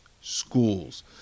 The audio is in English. schools